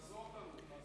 תעזור לנו.